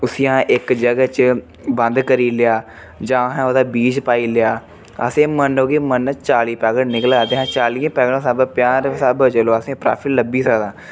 उसी जां इक जगह च बंद करी लेआ जां अहें ओह्दा बीज पाई लेआ असें मन्नो कि मन्नो चाली पैकेट निकलै ते असें चालियै पैकेट स्हाबै कन्नै पन्जाह् रपेऽ स्हाबै चलो असेंगी प्राफिट लब्भी सकदा